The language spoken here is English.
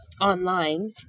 online